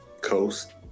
coast